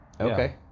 Okay